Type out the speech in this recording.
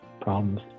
problems